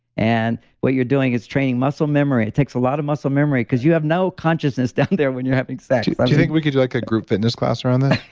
and what you're doing is training muscle memory. it takes a lot of muscle memory because you have no consciousness down there when you're having sex. yeah like i think we could do like a group fitness class around that.